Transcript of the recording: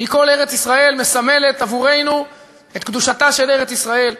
מכל ארץ-ישראל מסמלת עבורנו את קדושתה של ארץ-ישראל,